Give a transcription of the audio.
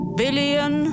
billion